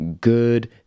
good